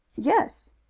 yes.